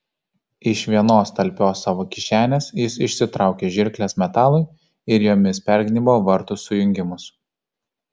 iš vienos talpios savo kišenės jis išsitraukė žirkles metalui ir jomis pergnybo vartų sujungimus